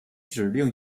指令